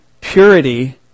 purity